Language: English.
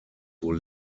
who